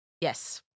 Yes